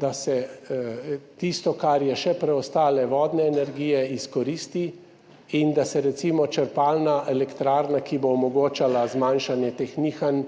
da se tisto, kar je še preostalo vodne energije, izkoristi in da se recimo zgradi črpalna elektrarna, ki bo omogočala zmanjšanje teh nihanj.